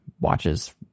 watches